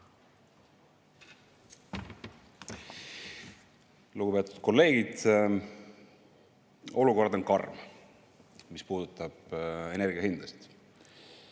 Lugupeetud kolleegid! Olukord on karm, mis puudutab energiahindasid,